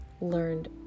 learned